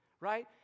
right